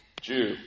Jew